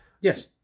Yes